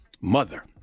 mother